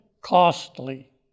costly